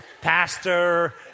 Pastor